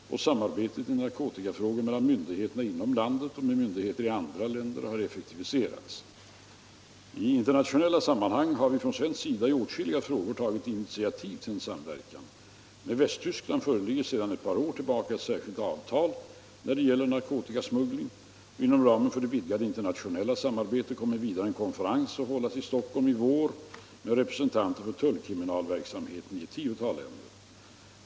Samarbetet i narkotikafrågor mellan myndigheter inom landet och med myndigheter i andra länder har effektiviserats. I internationella sammanhang har vi från svensk sida i åtskilliga frågor tagit initiativ till en samverkan. Med Västtyskland föreligger sedan ett par år tillbaka ett särskilt avtal när det gäller narkotikasmuggling. Inom ramen för det vidgade internationella samarbetet kommer vidare en konferens att hållas i Stockholm i vår med representanter för tullkriminalverksamheten i ett tiotal länder.